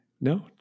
no